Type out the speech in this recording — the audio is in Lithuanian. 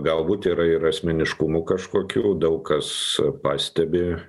galbūt yra ir asmeniškumų kažkokių daug kas pastebi